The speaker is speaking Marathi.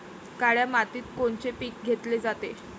काळ्या मातीत कोनचे पिकं घेतले जाते?